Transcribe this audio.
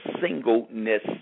singleness